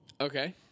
Okay